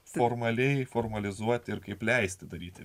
formaliai formalizuoti ir kaip leisti daryti